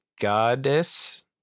goddess